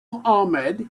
ahmed